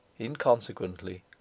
inconsequently